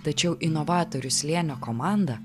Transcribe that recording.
tačiau inovatorių slėnio komanda